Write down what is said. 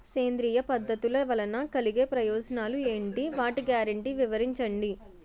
సేంద్రీయ పద్ధతుల వలన కలిగే ప్రయోజనాలు ఎంటి? వాటి గ్యారంటీ వివరించండి?